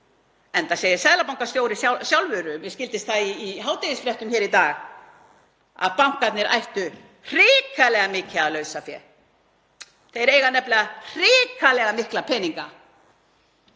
enda segir seðlabankastjóri sjálfur, mér skildist það í hádegisfréttum í dag, að bankarnir ættu hrikalega mikið lausafé. Þeir eiga nefnilega hrikalega mikla peninga